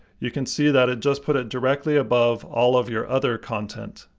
you can see that it just put it directly above all of your other content.